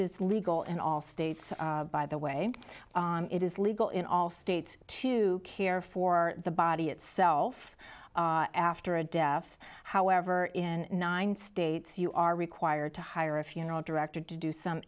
is legal in all states by the way it is legal in all states to care for the body itself after a deaf however in nine states you are required to hire a funeral director to do some